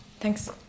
Thanks